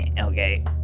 Okay